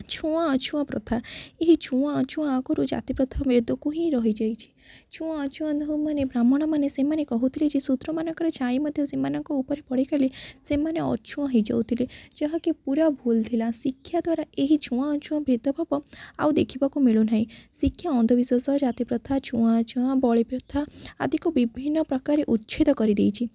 ଛୁଆଁ ଅଛୁଆଁ ପ୍ରଥା ଏହି ଛୁଆଁ ଅଛୁଆଁ ଆଗରୁ ଜାତି ପ୍ରଥା ବେଦକୁ ହିଁ ରହିଯାଇଛି ଛୁଆଁ ଅଛୁଆଁ ମାନେ ବ୍ରାହ୍ଣଣମାନେ ସେମାନେ କହୁଥିଲେ ଯେ ଶୂଦ୍ରମାନଙ୍କରେ ଛାଇ ମଧ୍ୟ ସେମାନଙ୍କ ଉପରେ ପଡ଼ିଗଲେ ସେମାନେ ଅଛୁଆଁ ହୋଇଯାଉଥିଲେ ଯାହାକି ପୁରା ଭୁଲ୍ ଥିଲା ଶିକ୍ଷା ଦ୍ୱାରା ଏହି ଛୁଆଁ ଅଛୁଆଁ ଭେଦଭାବ ଆଉ ଦେଖିବାକୁ ମିଳୁନାହିଁ ଶିକ୍ଷା ଅନ୍ଧବିଶ୍ଵାସ ଜାତି ପ୍ରଥା ଛୁଆଁ ଅଛୁଆଁ ବଳି ପ୍ରଥା ଆଦିକୁ ବିଭିନ୍ନପ୍ରକାରେ ଉଚ୍ଛେଦ କରିଦେଇଛି